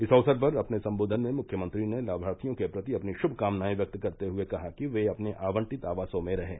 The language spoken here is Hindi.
इस अवसर पर अपने सम्बोधन में मुख्यमंत्री ने लाभार्थियों के प्रति अपनी श्भकामनाएं व्यक्त करते हुए कहा कि वे अपने आवंटित आवासों में रहें